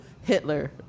Hitler